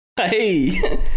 Hey